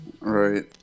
Right